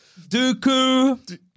Dooku